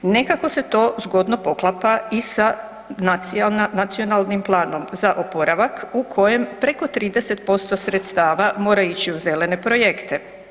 Nekako se to zgodno poklapa i sa Nacionalnim planom za oporavak u kojem preko 30% sredstava mora ići u zelene projekte.